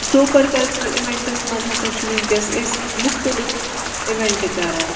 super cultural events مَنٛز ہَسا چھُ وٕنکیٚس أسۍ مُختلِف اِونٹ کران